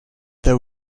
there